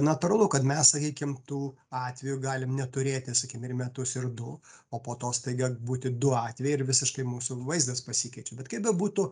natūralu kad mes sakykim tų atvejų galim neturėti sakim ir metus ir du o po to staiga būti du atvejai ir visiškai mūsų vaizdas pasikeičia bet kaip bebūtų